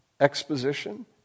exposition